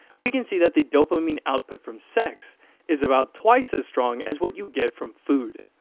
we can see that the dopamine output from sex is about twice as strong as what you get from food.